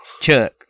Chuck